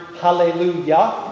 hallelujah